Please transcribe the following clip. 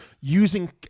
using